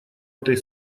этой